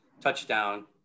touchdown